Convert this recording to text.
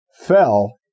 fell